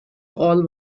all